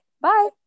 bye